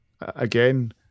again